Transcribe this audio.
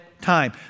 time